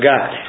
God